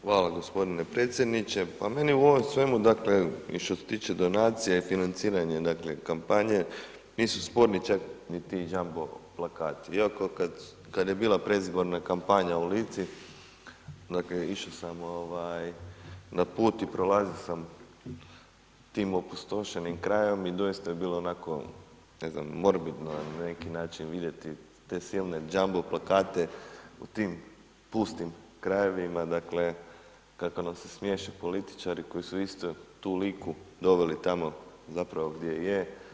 Hvala gospodine predsjedniče, pa meni u ovom svemu, dakle i što se tiče donacija i financiranja dakle kampanje nisu sporni čak niti jumbo plakati, iako kad je bila predizborna kampanja u Lici, dakle išo sam ovaj na put i prolazio sam tim opustošenim krajem i doista je bilo onako morbidno na neki način vidjeti te silne jumbo plakate u tim pustim krajevima, dakle kako nam se smješe političari koji su istu tu Liku doveli tamo zapravo gdje je.